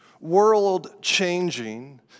World-changing